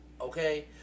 okay